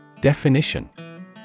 Definition